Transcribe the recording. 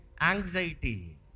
anxiety